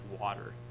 water